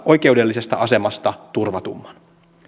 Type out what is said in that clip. oikeudellisesta asemasta turvatumman